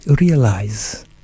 realize